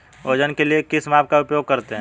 वजन के लिए किस माप का उपयोग करते हैं?